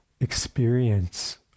experience